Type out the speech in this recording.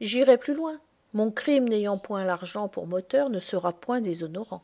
j'irai plus loin mon crime n'ayant point l'argent pour moteur ne sera point déshonorant